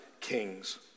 kings